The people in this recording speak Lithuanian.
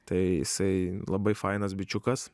tai jisai labai fainas bičiukas